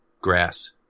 grass